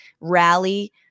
rally